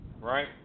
right